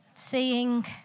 seeing